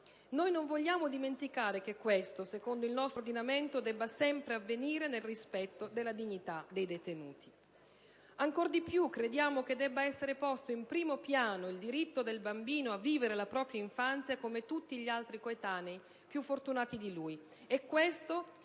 noi non vogliamo dimenticare che ciò, secondo il nostro ordinamento, debba sempre avvenire nel rispetto della dignità dei detenuti. Ancor di più, crediamo che debba esser posto in primo piano il diritto del bambino a vivere la propria infanzia come tutti gli altri coetanei più fortunati di lui.